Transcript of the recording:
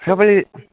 सबै